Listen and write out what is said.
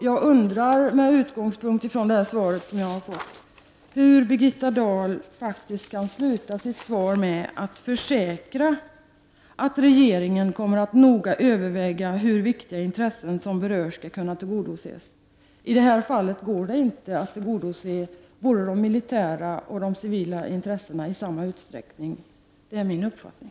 Jag undrar hur Birgitta Dahl kan sluta sitt svar till mig i dag med att försäkra att regeringen ”kommer att noga överväga hur de viktiga intressen som berörs skall kunna tillgodoses”. I det här fallet går det inte att tillgodose både de militära och de civila intressena i samma utsträckning; det är min uppfattning.